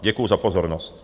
Děkuji za pozornost.